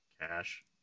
Cash